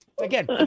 Again